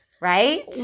Right